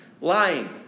lying